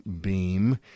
beam